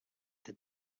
that